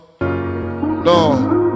No